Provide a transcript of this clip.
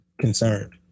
concerned